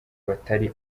batari